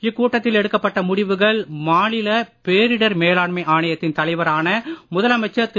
இக்கூட்டத்தில் எடுக்கப்பட்ட முடிவுகள் மாநில பேரிடர் மேலாண்மை ஆணையத்தின் தலைவரான முதலமைச்சர் திரு